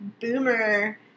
boomer